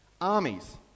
Armies